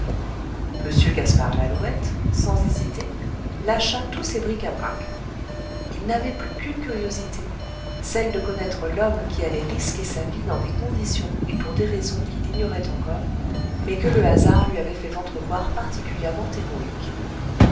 m gaspard lalouette sans hésiter lâcha tous ses bric-à-brac il n'avait plus qu'une curiosité celle de connaître l'homme qui allait risquer sa vie dans des conditions et pour des raisons qu'il ignorait encore mais que le hasard lui avait fait entrevoir particulièrement